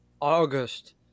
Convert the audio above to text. August